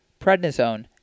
prednisone